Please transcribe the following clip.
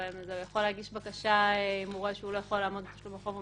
אם הוא רואה שהוא לא יכול לעמוד בתשלום החוב,